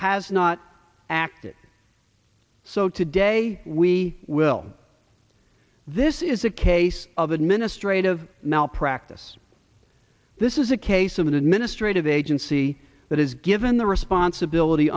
has not acted so today we will this is a case of administrative malpractise this is a case of an administrative agency that has given the responsibility